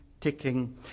ticking